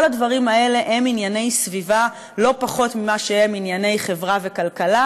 כל הדברים האלה הם ענייני סביבה לא פחות ממה שהם ענייני חברה וכלכלה,